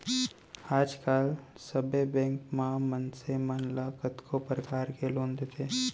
आज काल सबे बेंक मन मनसे मन ल कतको परकार के लोन देथे